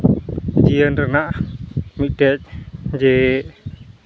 ᱡᱤᱭᱚᱱ ᱨᱮᱭᱟᱜ ᱢᱤᱫᱴᱮᱡ ᱡᱮ